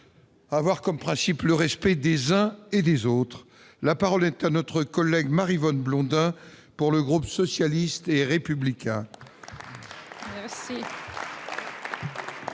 avoir comme principe le respect des uns et des autres, la parole est à notre collègue Maryvonne Blondin pour le groupe socialiste et républicain.